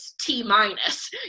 T-minus